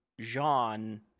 Jean